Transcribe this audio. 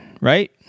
right